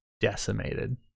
decimated